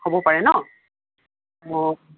হ'ব পাৰে ন অঁ